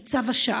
היא צו השעה.